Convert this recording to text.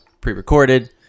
pre-recorded